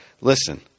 listen